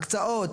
הקצאות,